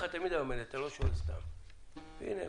הנה,